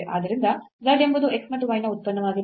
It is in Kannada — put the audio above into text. ಆದ್ದರಿಂದ z ಎಂಬುದು x ಮತ್ತು y ನ ಉತ್ಪನ್ನವಾಗಿದೆ